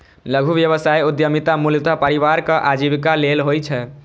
लघु व्यवसाय उद्यमिता मूलतः परिवारक आजीविका लेल होइ छै